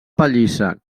pallissa